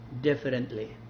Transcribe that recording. differently